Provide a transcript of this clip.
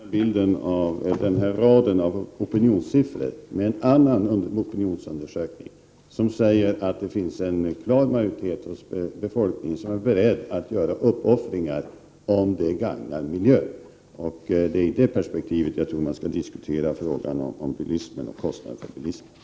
Fru talman! Låt mig bara komplettera den bild som den här raden av opinionssiffror ger med uppgifter från en annan opinionsundersökning, som säger att en klar majoritet av befolkningen är beredd att göra uppoffringar om det gagnar miljön. Det är i det perspektivet som jag tror att man skall diskutera frågan om bilismen och kostnaderna för bilismen.